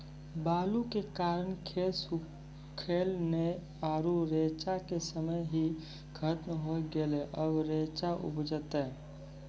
बालू के कारण खेत सुखले नेय आरु रेचा के समय ही खत्म होय गेलै, अबे रेचा उपजते?